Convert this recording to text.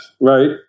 right